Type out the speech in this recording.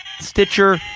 Stitcher